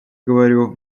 говорю